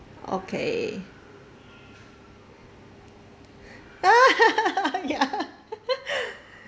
okay ya